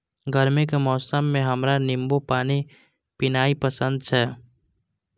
गर्मी के मौसम मे हमरा नींबू पानी पीनाइ पसंद छै